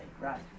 right